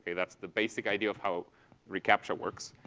that's the basic idea of how recaptcha works.